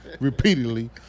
repeatedly